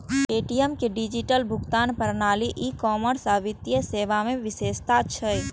Paytm के digital भुगतान प्रणाली, ई कॉमर्स आ वित्तीय सेवा मे विशेषज्ञता छै